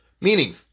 meaning